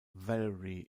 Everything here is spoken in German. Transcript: valerie